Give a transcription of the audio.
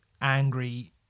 angry